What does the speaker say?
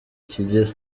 kigira